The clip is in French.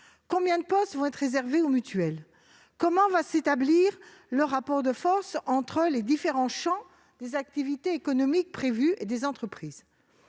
combien de postes seront-ils réservés aux coopératives, aux mutuelles ? Comment va s'établir le rapport de force entre les différents champs des activités économiques prévues et des entreprises ?